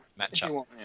matchup